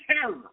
terror